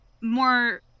more